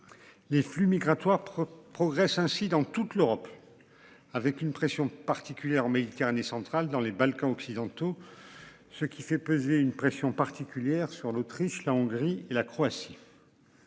Les flux migratoires progresse ainsi dans toute l'Europe. Avec une pression particulière mais il Karen est central dans les Balkans occidentaux. Ce qui fait peser une pression particulière sur l'Autriche, la Hongrie et la Croatie.